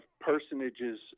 personages